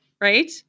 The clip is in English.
right